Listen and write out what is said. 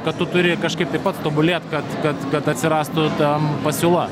kad tu turi kažkaip tai pats tobulėt kad kad kad atsirastų tam pasiūla